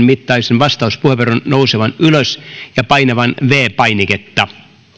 mittaisen vastauspuheenvuoron nousemaan ylös ja painamaan viides painiketta